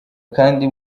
kandi